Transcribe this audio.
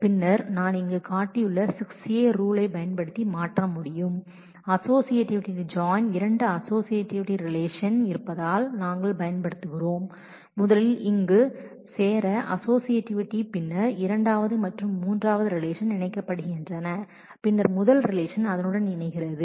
பின்னர் நான் இங்கு காட்டிய 6a ரூல் பயன்படுத்தி மாற்ற முடியும் அஸோஸியேட்டிவிட்டி ஜாயின் இரண்டு ரிலேஷன் இரண்டு அஸோஸியேட்டிவிட்டி பயன்படுத்துகிறோம் பின்னர் இரண்டாவது மற்றும் மூன்றாவது ரிலேஷன் இணைக்கப்படுகின்றன பின்னர் முதல் ரிலேஷன் அதனுடன் இணைகிறது